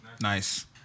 Nice